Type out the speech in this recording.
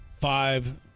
five